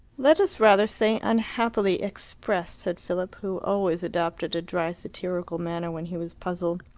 let us rather say unhappily expressed, said philip, who always adopted a dry satirical manner when he was puzzled.